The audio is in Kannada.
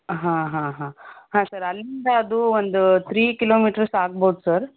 ಹಾಂ ಹಾಂ ಹಾಂ ಹಾಂ ಸರ್ ಅಲ್ಲಿಂದ ಅದು ಒಂದು ಥ್ರೀ ಕಿಲೋಮೀಟರ್ಸ್ ಆಗ್ಬೋದು ಸರ್